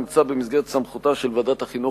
נמצא במסגרת סמכותה של ועדת החינוך,